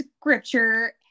scripture